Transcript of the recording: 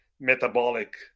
metabolic